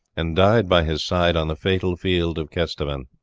and died by his side on the fatal field of kesteven.